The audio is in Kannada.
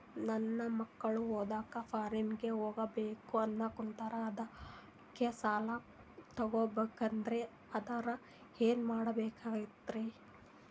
ನನ್ನ ಮಕ್ಕಳು ಓದ್ಲಕ್ಕ ಫಾರಿನ್ನಿಗೆ ಹೋಗ್ಬಕ ಅನ್ನಕತ್ತರ, ಅದಕ್ಕ ಸಾಲ ತೊಗೊಬಕಂದ್ರ ಅದಕ್ಕ ಏನ್ ಕೊಡಬೇಕಾಗ್ತದ್ರಿ?